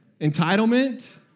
entitlement